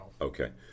okay